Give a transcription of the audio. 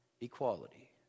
equality